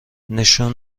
نشون